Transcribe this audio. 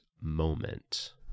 moment